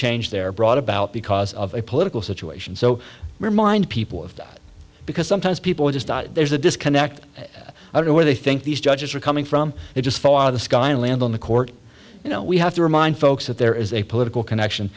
change they're brought about because of a political situation so remind people of that because sometimes people just there's a disconnect i don't know where they think these judges are coming from they just saw the sky and land on the court you know we have to remind folks that there is a political connection